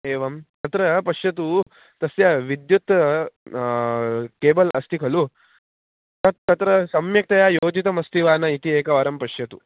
एवं तत्र पश्यतु तस्य विद्युत् केवल् अस्ति खलु तत् तत्र सम्यक्तया योजितमस्ति वा न इति एकवारं पश्यतु